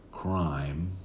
Crime